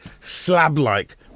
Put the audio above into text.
slab-like